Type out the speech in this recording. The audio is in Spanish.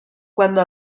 cuando